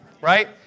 Right